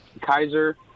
Kaiser